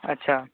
अच्छा